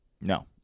No